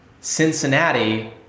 Cincinnati